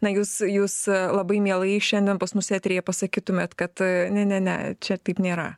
na jūs jūs labai mielai šiandien pas mus eteryje pasakytumėt kad ne ne ne čia taip nėra